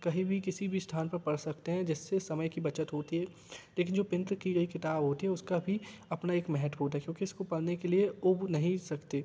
कहीं भी किसी भी स्थान पर पढ़ सकते हैं जिससे समय की बचत होती है लेकिन जो पिंत की गई किताब होती है उसका भी अपना एक महत्व होता है क्योंकि इसको पढ़ने के लिए ऊब नहीं सकते